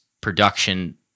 production